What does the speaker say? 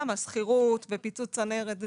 שכירות ופיצוץ צנרת זה